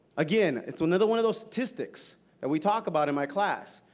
again, it's another one of those statistics that we talk about in my class.